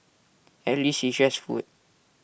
at least it's just food